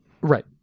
Right